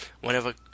Whenever